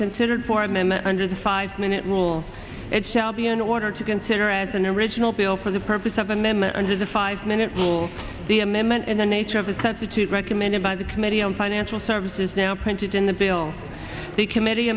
considered for a member under the five minute rule it shall be an order to consider as an original bill for the purpose of amendment under the five minute rule the amendment in the nature of a substitute recommended by the committee on financial services now printed in the bill the committee